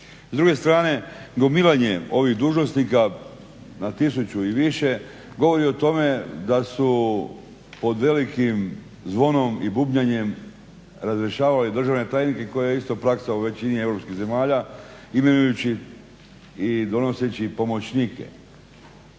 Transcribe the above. S druge strane gomilanje ovih dužnosnika na tisuću i više govori o tome da su pod velikim zvonom i bubnjanjem razrješavali državne tajnike koje je isto praksa u većini europskih zemalja imenujući i donoseći i pomoćnike.